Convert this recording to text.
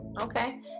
Okay